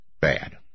bad